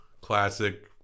Classic